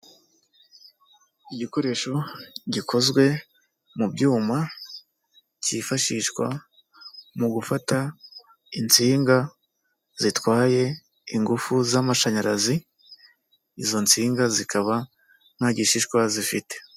Igikoresho gikozwe mu byuma, cyifashishwa mu gufata insinga zitwaye ingufu z'amashanyarazi, izo nsinga zikaba nta gishishwa zifite.